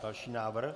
Další návrh.